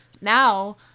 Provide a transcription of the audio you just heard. now